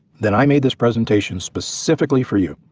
then i made this presentation specifically for you,